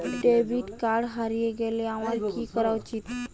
Debit card হারিয়ে গেলে আমার কি করা উচিৎ?